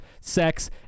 sex